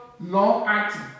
long-acting